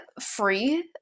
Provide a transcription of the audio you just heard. free